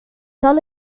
zal